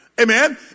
Amen